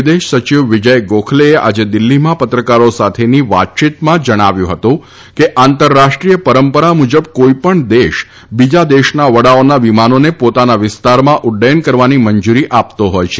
વિદેશ સચિવ વિજય ગોખલેએ આજે દિલ્હીમાં પત્રકારો સાથેની વાતયીતમાં જણાવ્યું હતું કે આંતરરાષ્ટ્રીય પરંપરા મુજબ કોઇપણ દેશ બીજા દેશના વ ાઓના વિમાનોને પોતાના વિસ્તારમાં ઉફયન કરવાની મંજૂરી આપતો હોય છે